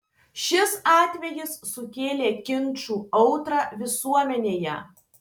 šis atvejis sukėlė ginčų audrą visuomenėje